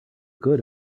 good